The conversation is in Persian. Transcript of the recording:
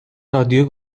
رادیو